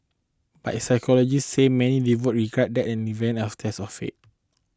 but sociologists say many devotees regard that in event as a test of faith